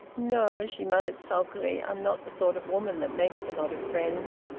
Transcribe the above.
no, she muttered sulkily. i'm not the sort of woman that makes a lot of friends.